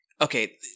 okay